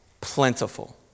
Plentiful